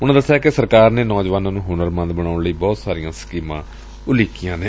ਉਨਾਂ ਦਸਿਆ ਕਿ ਸਰਕਾਰ ਨੇ ਨੌਜਵਾਨਾਂ ਨੂੰ ਹੁਨਰਮੰਦ ਬਣਾਉਣ ਲਏ ਬਹੁਤ ਸਾਰੀਆਂ ਸਕੀਮਾਂ ਉਲੀਕੀਆਂ ਨੇ